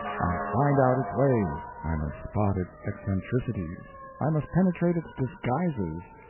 i must find out its ways, i must spot its eccentricities, i must penetrate its disguises,